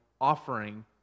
offering